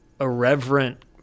irreverent